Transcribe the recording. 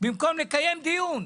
במקום לקיים דיון,